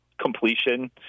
completion